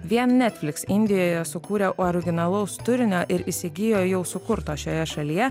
vien netfliks indijoje sukūrė originalaus turinio ir įsigijo jau sukurto šioje šalyje